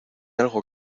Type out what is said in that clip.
algo